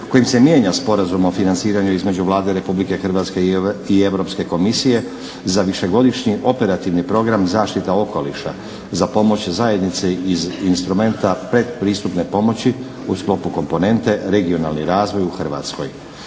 kojim se mijenja Sporazum o financiranju između Vlade Republike Hrvatske i Europske komisije za višegodišnji Operativni program "Zaštita okoliša" za pomoć zajednice iz instrumenta pretpristupne pomoći u sklopu Komponente "Regionalni razvoj" u Hrvatskoj,